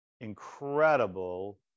incredible